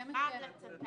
זה עבר בחינה